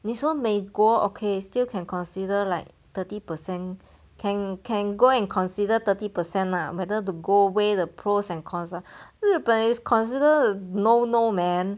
你说美国 okay still can consider like thirty per cent can can go and consider thirty percent lah whether to go weigh the pros and cons lah 日本 consider no no man